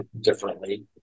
differently